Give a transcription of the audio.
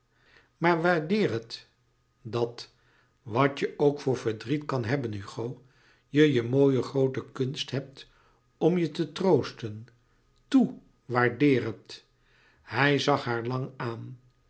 maar waardeer het dat wat je ook voor verdriet kan hebben hugo je je mooie groote kunst hebt om je te troosten toe waardeer het hij zag haar lang aan